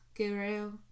guru